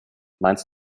meinst